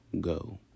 go